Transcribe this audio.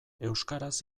euskaraz